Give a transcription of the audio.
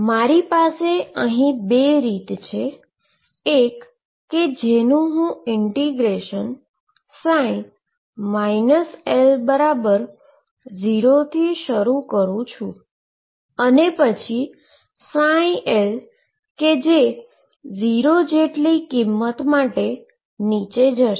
મારી પાસે બે રીત છે એક કે જેનું હું ઈન્ટીગ્રેશન L0 થી શરૂ કરુ છું અને પછી ψ જે 0 જેટલી કિંમત નીચી જશે